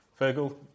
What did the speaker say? Fergal